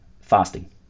fasting